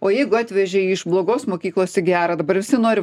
o jeigu atvežė iš blogos mokyklos į gerą dabar visi nori